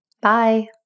Bye